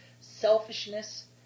selfishness